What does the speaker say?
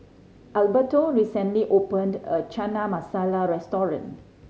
Alberto recently opened a new Chana Masala Restaurant